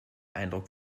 eindruck